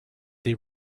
they